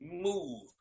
move